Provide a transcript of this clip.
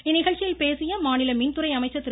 இந்நிகழ்ச்சியில் பேசிய மாநில மின்துறை அமைச்சர் திரு